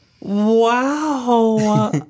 Wow